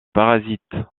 parasites